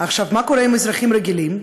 מה קורה עם אזרחים רגילים,